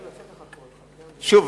שוב,